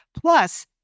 plus